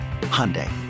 Hyundai